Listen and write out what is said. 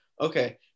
Okay